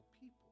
people